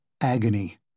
Agony